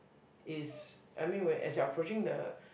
is I mean when as you're approaching the